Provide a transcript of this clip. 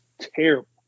terrible